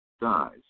dies